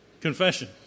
Confession